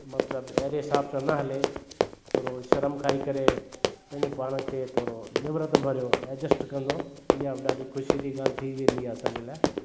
मतिलबु अहिड़े हिसाब सां न हले थोरो शर्म खाई करे पंहिंजे पाण खे थोरो निव्रत भरियो एडजस्ट कंदो इहो बि ॾाढी ख़ुशी जी ॻाल्हि थी वेंदी आहे असांजे लाइ